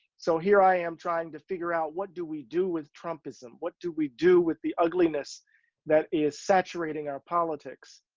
so here i am trying to figure out what do we do with trumpism? what do we do with the ugliness that is saturating our politics,